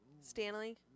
Stanley